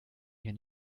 hier